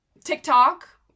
TikTok